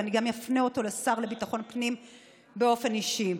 ואני גם אפנה אותו לשר לביטחון הפנים באופן אישי: